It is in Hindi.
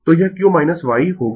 तो यह q y होगा